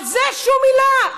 על זה שום מילה.